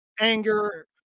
anger